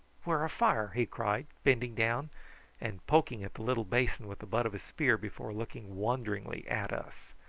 whar a fire? he cried, bending down and poking at the little basin with the butt of his spear before looking wonderingly at us.